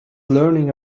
learning